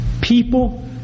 People